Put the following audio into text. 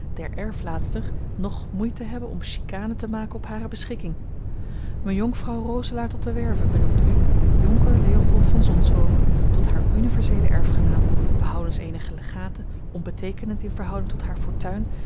der erflaatster nog moeite hebben om chicane te maken op hare beschikking mejonkvrouw roselaer tot de werve benoemt u jonker leopold van zonshoven tot haar universeelen erfgenaam behoudens eenige legaten onbeteekenend in verhouding tot hare fortuin